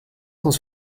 cent